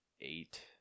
eight